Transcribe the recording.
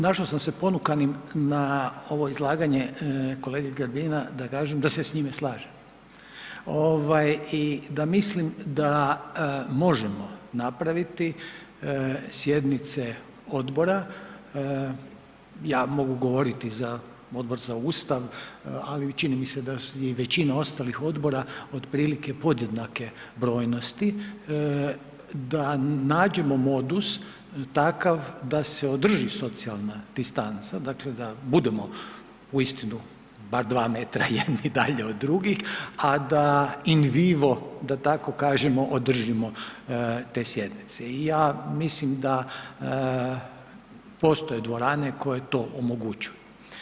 Našao sam se ponukanim na ovo izlaganje kolege Grbina da kažem da se s njime slažem i da mislim da možemo napraviti sjednice odbora, ja mogu govoriti za Odbor za Ustav, ali čini mi se da je i većina ostalih odbora otprilike podjednake brojnosti, da nađemo modus takav da se održi socijalna distanca, dakle da budemo uistinu bar 2 metra jedni dalje od drugih, a da in vivo, da tako kažem, održimo te sjednice i ja mislim da postoje dvorane koje to omogućuju.